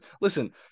Listen